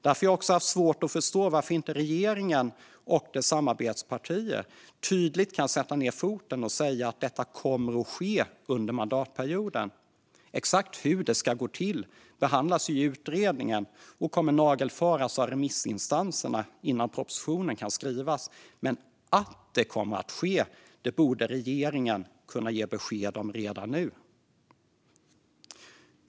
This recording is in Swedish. Därför har jag haft svårt att förstå varför inte regeringen och dess samarbetspartier tydligt kan sätta ned foten och säga att detta kommer att ske under mandatperioden. Exakt hur det ska gå till behandlas ju i utredningen och kommer att nagelfaras av remissinstanserna innan propositionen kan skrivas, men att det kommer att ske borde regeringen kunna ge besked om redan nu.